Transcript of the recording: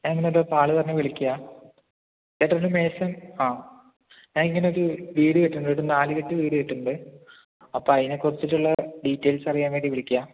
ഒരാള് പറഞ്ഞ് വിളിക്കുകയാണ് ചേട്ടൻ രമേശൻ ആ ഞാൻ ഇങ്ങനെ ഒരു വീട് കെട്ടുന്നുണ്ട് ഒരു നാല്കെട്ട് വീട് കെട്ടുന്നുണ്ട് അപ്പോൾ അതിനെ കുറിച്ചിട്ടുള്ള ഡീറ്റെയിൽസ് അറിയാൻ വേണ്ടി വിളിക്കുകയാണ്